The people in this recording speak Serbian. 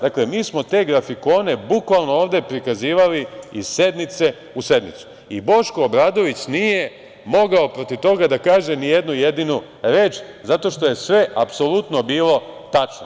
Dakle, mi smo te grafikone bukvalno ovde prikazivali iz sednice u sednicu i Boško Obradović nije mogao protiv toga da kaže ni jedni jedinu reč, zato što je sve apsolutno bilo tačno.